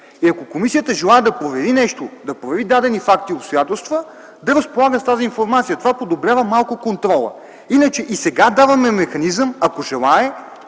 Ако комисията желае да провери нещо, да провери дадени факти и обстоятелства, да разполага с тази информация. Това подобрява малко контрола. Иначе и сега даваме механизъм, ако желае,